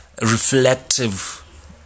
Reflective